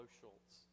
Schultz